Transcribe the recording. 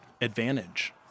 advantage